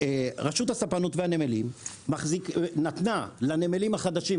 רשות הספנות והנמלים נתנה לנמלים החדשים,